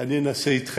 אני אנסה, אִתכם,